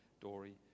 dory